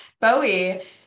Bowie